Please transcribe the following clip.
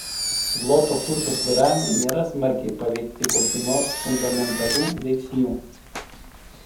zloto kurso svyravimai nėra smarkiai paveikti kokių nors fundamentalių veiksnių